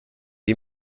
you